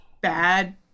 bad